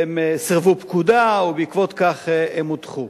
והם סירבו פקודה, ובעקבות כך הם הודחו.